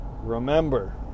Remember